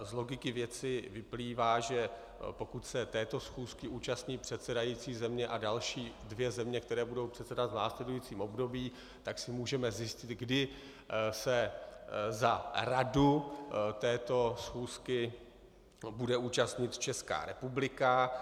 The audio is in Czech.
Z logiky věc vyplývá, že pokud se této schůzky účastní předsedající země a další dvě země, které budou předsedat v následujícím období, tak si můžeme říct, kdy se za radu této schůzky bude účastnit Česká republika.